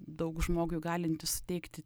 daug žmogui galintį suteikti